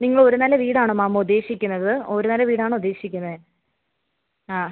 നിങ്ങൾ ഒരു നില വീടാണോ മാം ഉദ്ദേശിക്കുന്നത് ഒരു നില വീടാണോ ഉദ്ദേശിക്കുന്നത് ആ